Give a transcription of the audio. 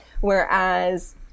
Whereas